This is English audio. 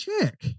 check